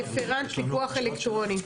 רפרנט פיקוח אלקטרוני.